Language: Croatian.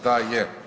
Da je.